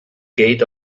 gate